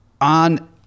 on